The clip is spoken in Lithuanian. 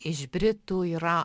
iš britų yra